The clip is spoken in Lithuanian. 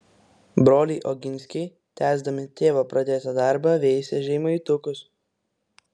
broliai oginskiai tęsdami tėvo pradėtą darbą veisė žemaitukus